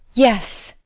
yes,